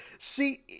See